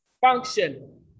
function